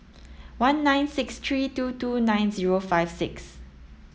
one nine six three two two nine zero five six